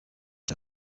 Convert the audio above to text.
cya